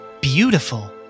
Beautiful